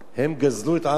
הם גזלו את עזה.